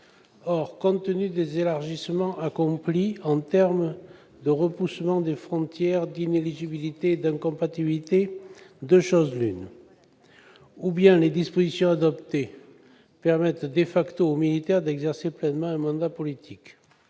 Compte tenu des élargissements accomplis en termes de repoussement des frontières d'inéligibilité et d'incompatibilité, de deux choses l'une : ou bien les dispositions adoptées permettent aux militaires d'exercer pleinement un mandat politique-